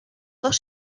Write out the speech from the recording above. dos